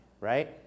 right